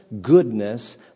goodness